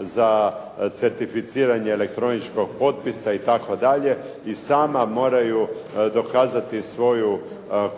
za certificiranje elektroničkog potpisa itd. i sama moraju dokazati svoju